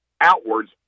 outwards